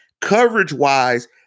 Coverage-wise